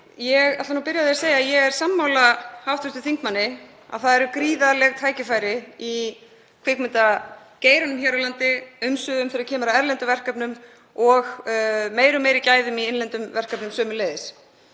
Ég ætla að byrja á að segja að ég er sammála hv. þingmanni um að það eru gríðarleg tækifæri í kvikmyndageiranum hér á landi, umsvifum í erlendum verkefnum og meiri gæðum í innlendum verkefnum sömuleiðis.